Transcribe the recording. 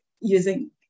Using